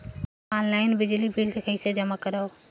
Online बिजली bill कइसे जमा करव?